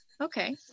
Okay